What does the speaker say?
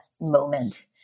moment